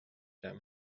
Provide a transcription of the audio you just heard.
them